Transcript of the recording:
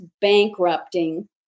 bankrupting